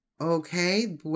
Okay